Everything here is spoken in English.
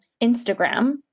Instagram